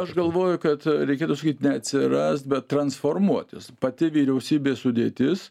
aš galvoju kad reikėtų sakyt neatsiras bet transformuotis pati vyriausybės sudėtis